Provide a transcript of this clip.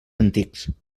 antics